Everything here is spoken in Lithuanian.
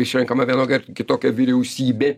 išrenkama vienokia ar kitokia vyriausybė